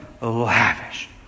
lavish